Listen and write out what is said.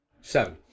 Seven